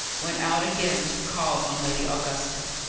went out again to call on lady augusta.